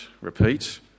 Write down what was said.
repeat